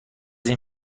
این